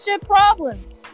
problems